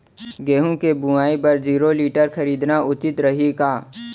गेहूँ के बुवाई बर जीरो टिलर खरीदना उचित रही का?